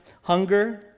hunger